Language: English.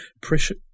pressure